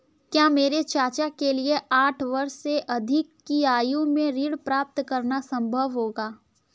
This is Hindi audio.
क्या मेरे चाचा के लिए साठ वर्ष से अधिक की आयु में ऋण प्राप्त करना संभव होगा?